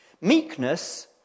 Meekness